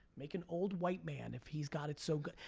make an old white man if he's got it so good.